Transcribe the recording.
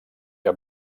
que